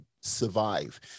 survive